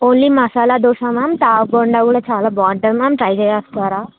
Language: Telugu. ఓన్లీ మసాలా దోశ మ్యామ్ తావ్ బోండా కూడా చాలా బాగుంటుంది మ్యామ్ ట్రై చేస్తారా